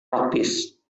praktis